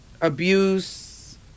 abuse